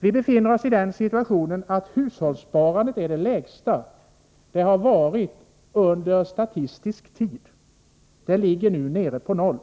Inte någonsin under ”statistisk” tid har hushållssparandet varit mindre. Det ligger nu på noll.